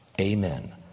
Amen